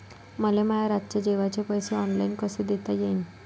मले माया रातचे जेवाचे पैसे ऑनलाईन कसे देता येईन?